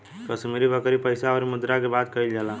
कश्मीरी बकरी पइसा अउरी मुद्रा के बात कइल जाला